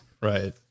right